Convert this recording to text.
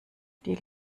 die